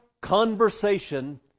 conversation